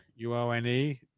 UONE